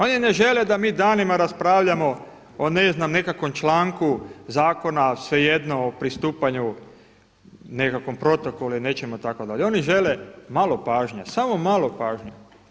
Oni ne žele da mi danima raspravljamo o ne znam nekakvom članku zakona, svejedno o pristupanju nekakvom protokolu ili nečemu itd., oni žele malo pažnje, samo malo pažnje.